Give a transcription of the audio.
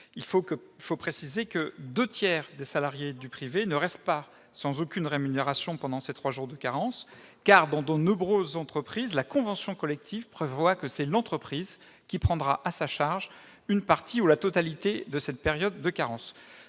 de préciser que les deux tiers des salariés ne restent pas sans aucune rémunération pendant ces trois jours de carence, puisque, dans de nombreuses entreprises, la convention collective prévoit que c'est l'entreprise qui prend à sa charge une partie ou la totalité de cette période de carence.